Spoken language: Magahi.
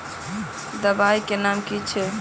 दबाई के नाम की छिए?